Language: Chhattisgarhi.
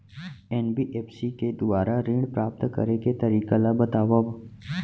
एन.बी.एफ.सी के दुवारा ऋण प्राप्त करे के तरीका ल बतावव?